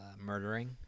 murdering